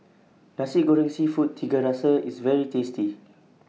Nasi Goreng Seafood Tiga Rasa IS very tasty